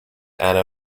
anna